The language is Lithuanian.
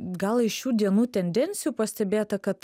gal iš šių dienų tendencijų pastebėta kad